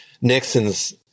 Nixon's